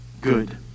good